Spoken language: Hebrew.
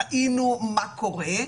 ראינו מה קורה,